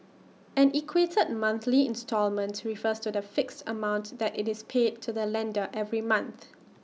an equated monthly instalment refers to the fixed amount that IT is paid to the lender every month